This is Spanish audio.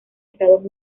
estados